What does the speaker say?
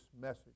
message